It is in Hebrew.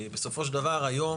כי בסופו של דבר היום,